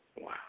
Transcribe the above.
Wow